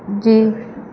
जे